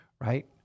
right